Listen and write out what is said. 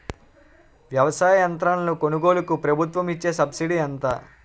వ్యవసాయ యంత్రాలను కొనుగోలుకు ప్రభుత్వం ఇచ్చే సబ్సిడీ ఎంత?